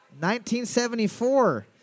1974